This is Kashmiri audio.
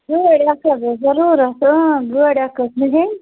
گٲڑۍ اکھ حظ ٲسۍ ضروٗرت گٲڑۍ اکھ ٲسۍ مےٚ ہیٚنۍ